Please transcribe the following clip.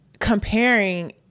Comparing